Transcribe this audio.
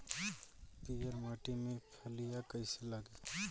पीयर माटी में फलियां कइसे लागी?